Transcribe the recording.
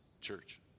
church